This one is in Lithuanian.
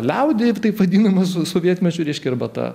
liaudį ir taip vadinamas sovietmečiu reiškia arba ta